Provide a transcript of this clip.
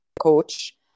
coach